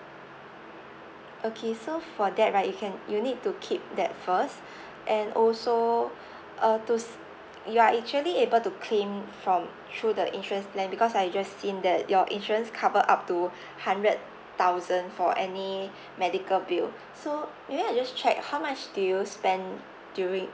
okay so for that right you can you'll need to keep that first and also uh to s~ you are actually able to claim from through the insurance plan because I just seen that your insurance cover up to hundred thousand for any medical bill so maybe I just check how much do you spend during